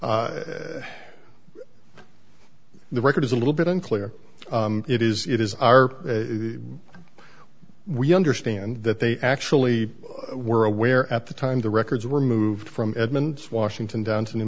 the record is a little bit unclear it is it is are we understand that they actually were aware at the time the records were moved from edmonds washington down to new